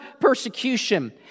persecution